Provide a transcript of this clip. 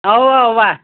اَوا اَوا